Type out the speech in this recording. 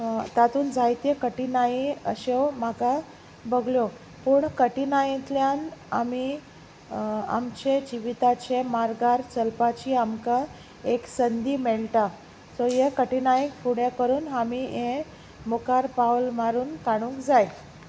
तातूंत जायत्यो कठिनायी अश्यो म्हाका भोगल्यो पूण कठिनाईंतल्यान आमी आमचे जिविताचे मार्गार चलपाची आमकां एक संदी मेळटा सो हे कठिनाईक फुडें करून आमी हे मुखार पावल मारून काडूंक जाय